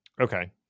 Okay